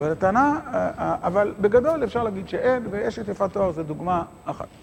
אבל הטענה, אבל בגדול אפשר להגיד שאין ואשת יפת תואר, זו דוגמה אחת.